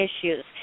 issues